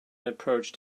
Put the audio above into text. approached